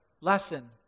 lesson